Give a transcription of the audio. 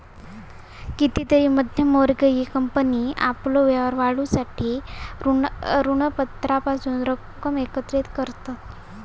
कितीतरी मध्यम वर्गीय कंपनी आपलो व्यापार वाढवूसाठी ऋणपत्रांपासून रक्कम एकत्रित करतत